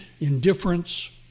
indifference